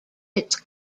its